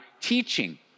teaching